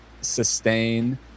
sustain